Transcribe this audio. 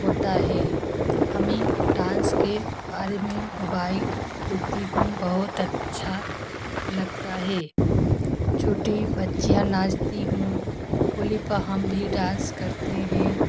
होता है हम डांस के बारे में मोबाइल देखती हूँ बहुत अच्छा लगता है छोटी बच्चियाँ नाचती हैं होली पर हम भी डांस करते हें